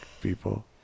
People